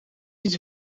iets